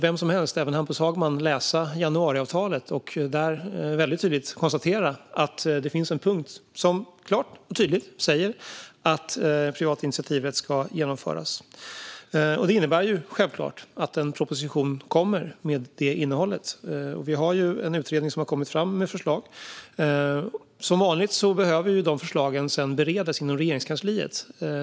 Vem som helst - även Hampus Hagman - kan läsa januariavtalet och konstatera att det finns en punkt som klart och tydligt säger att privat initiativrätt ska genomföras. Det innebär självklart att det kommer en proposition med detta innehåll. Vi har en utredning som har kommit med förslag, och som vanligt behöver dessa förslag beredas inom Regeringskansliet.